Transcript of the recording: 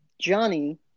Johnny